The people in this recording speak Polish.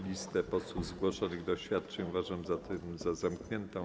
Listę posłów zgłoszonych do oświadczeń uważam zatem za zamkniętą.